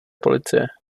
policie